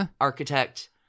architect